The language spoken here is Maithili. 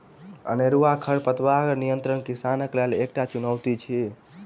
अनेरूआ खरपातक नियंत्रण किसानक लेल एकटा चुनौती अछि